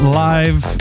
live